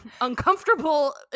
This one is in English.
uncomfortable